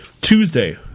Tuesday